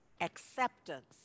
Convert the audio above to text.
acceptance